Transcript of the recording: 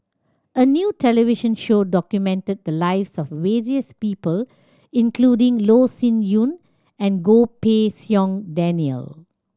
a new television show documented the lives of various people including Loh Sin Yun and Goh Pei Siong Daniel